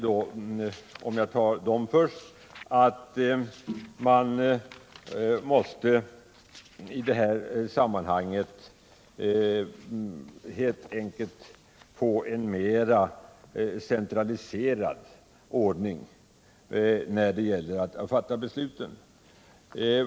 De anför att man i det här sammanhanget måste få en mer centraliserad ordning när det gäller att fatta beslut.